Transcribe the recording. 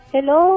Hello